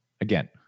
again